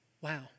Wow